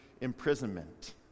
imprisonment